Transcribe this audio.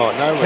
no